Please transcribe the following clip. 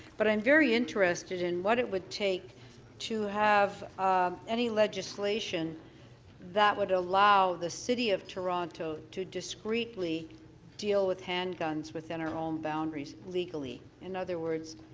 but i'm very interested in what it would take to have any legislation that would allow the city of toronto to discretely deal with handguns within our own boundaries, legally. in other words,